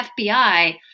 FBI